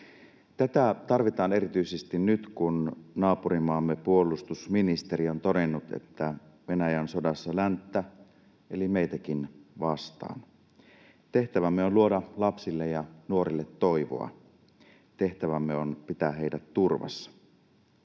Näitä tarvitaan erityisesti nyt, kun naapurimaamme puolustusministeri on todennut, että Venäjä on sodassa länttä eli meitäkin vastaan. Tehtävämme on luoda lapsille ja nuorille toivoa. Tehtävämme on pitää heidät turvassa.